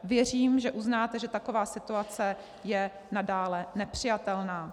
Věřím, že uznáte, že taková situace je nadále nepřijatelná.